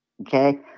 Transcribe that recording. Okay